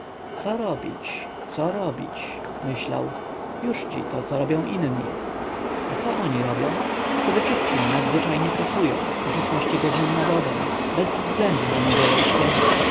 co robić co robić myślał jużci to co robią inni a cóż oni robią przedewszystkiem nadzwyczajnie pracują po cie godzin na dobę bez względu na niedziele i święta